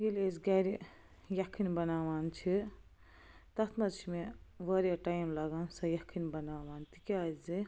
ییٛلہ أسۍ گھرِ یکھٕنۍ بناوان چھِ تتھ منٛز چھِ مےٚ واریاہ ٹایم لگان سۄ یکٕھنۍ بناوان تِکیازِ